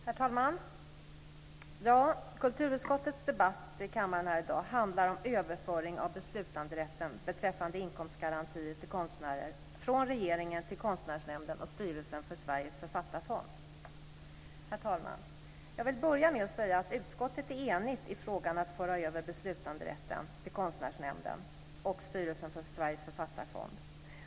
Herr talman! Kulturutskottets debatt i kammaren i dag handlar om överföring av beslutanderätten beträffande inkomstgarantier till konstnärer från regeringen till Konstnärsnämnden och styrelsen för Sveriges författarfond. Herr talman! Jag vill börja med att säga att utskottet är enigt i frågan att föra över beslutanderätten till Konstnärsnämnden och styrelsen för Sveriges författarfond.